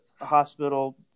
hospital